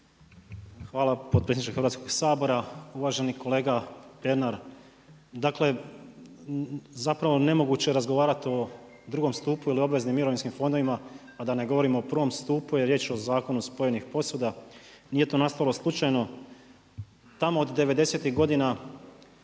Hvala potpredsjedniče Hrvatskog sabora, uvaženi kolega Pernar. Dakle, zapravo nemoguće je razgovarati o drugom stupu ili obveznim mirovinskim fondovima a da ne govorim o prvom stupu jer je riječ o Zakonu spojenih posuda. Nije to nastalo slučajno. Tamo od devedesetih godina